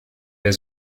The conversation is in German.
der